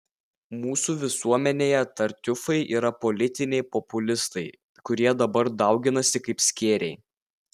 mūsų visuomenėje tartiufai yra politiniai populistai kurie dabar dauginasi kaip skėriai